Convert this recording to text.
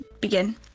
begin